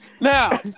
Now